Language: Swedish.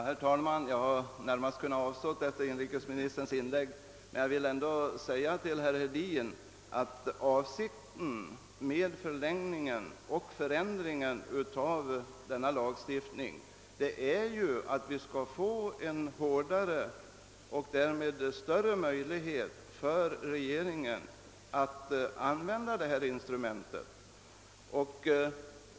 Herr talman! Efter inrikesministerns senaste inlägg hade jag kunnat avstå från att ta till orda, men jag vill ändå säga till herr Hedin att avsikten med förlängningen och förändringen av denna lagstiftning är att göra den hårdare och ge regeringen större möjligheter att använda instrumentet.